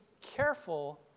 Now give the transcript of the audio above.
careful